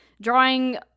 drawing